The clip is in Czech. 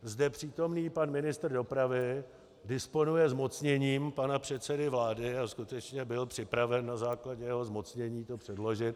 Zde přítomný pan ministr dopravy disponuje zmocněním pana předsedy vlády a skutečně byl připraven na základě jeho zmocnění to předložit.